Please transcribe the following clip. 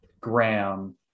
Graham